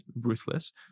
ruthless